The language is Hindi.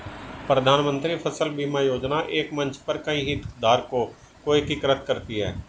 प्रधानमंत्री फसल बीमा योजना एक मंच पर कई हितधारकों को एकीकृत करती है